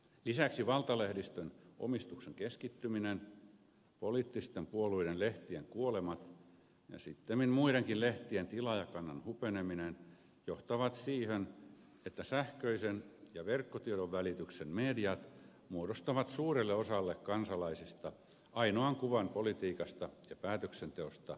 lisäksi valtalehdistön omistuksen keskittyminen poliittisten puolueiden lehtien kuolemat ja sittemmin muidenkin lehtien tilaajakannan hupeneminen johtavat siihen että sähköisen ja verkkotiedonvälityksen mediat muodostavat suurelle osalle kansalaisista ainoan kuvan politiikasta ja päätöksenteosta yhteiskunnassa